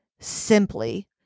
simply